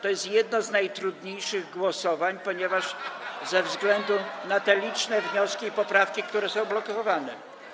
To jest jedno z najtrudniejszych głosowań [[Wesołość na sali]] ze względu na liczne wnioski i poprawki, które są blokowane.